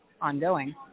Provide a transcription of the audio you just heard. ongoing